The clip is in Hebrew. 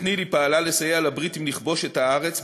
מחתרת ניל"י פעלה לסייע לבריטים לכבוש את הארץ,